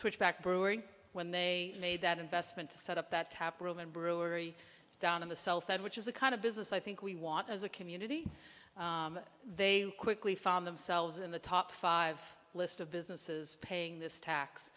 switchback brewery when they made that investment to set up that tap room and brewery down in the south end which is the kind of business i think we want as a community they quickly found themselves in the top five list of businesses paying this tax